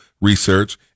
research